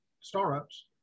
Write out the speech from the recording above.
startups